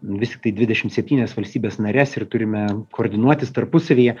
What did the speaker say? vis tiktai dvidešim septynias valstybes nares ir turime koordinuotis tarpusavyje